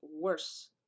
worse